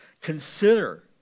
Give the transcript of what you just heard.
consider